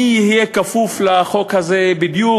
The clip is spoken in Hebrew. מי יהיה כפוף לחוק הזה בדיוק,